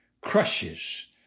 crushes